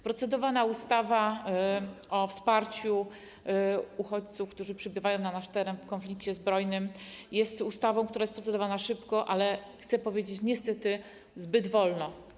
Procedowana ustawa o wsparciu uchodźców, którzy przybywają na nasz teren z powodu konfliktu zbrojnego, jest ustawą, która jest procedowana szybko, ale, chcę powiedzieć: niestety, zbyt wolno.